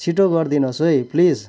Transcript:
छिट्टो गरिदिनोस् है प्लिज